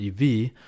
EV